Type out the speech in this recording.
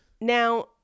now